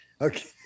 Okay